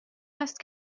است